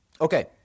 Okay